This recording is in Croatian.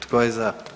Tko je za?